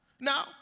Now